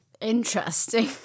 Interesting